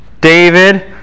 David